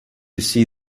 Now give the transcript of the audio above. see